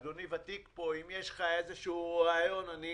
ואדוני ותיק כאן, אם יש לך איזשהו רעיון, אני